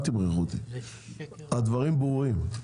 הדברים ברורים.